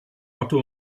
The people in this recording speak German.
otto